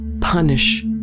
punish